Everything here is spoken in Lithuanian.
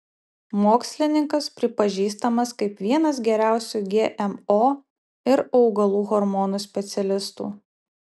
mokslininkas pripažįstamas kaip vienas geriausių gmo ir augalų hormonų specialistų